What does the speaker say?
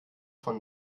von